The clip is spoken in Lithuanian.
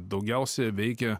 daugiausia veikia